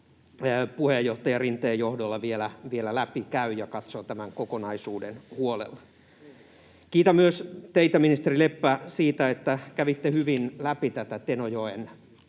puheenjohtaja Rinteen johdolla tämän vielä läpi käy ja katsoo tämän kokonaisuuden huolella. Kiitän myös teitä, ministeri Leppä, siitä, että kävitte hyvin läpi tätä Tenojoen